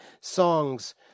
songs